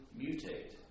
mutate